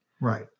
right